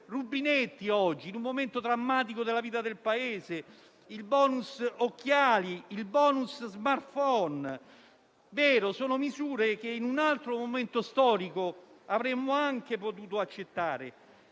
rubinetti, in un momento drammatico della vita del Paese, del *bonus* occhiali, del bonus *smartphone;* sono misure che in un altro commento storico avremmo anche potuto accettare,